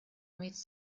meets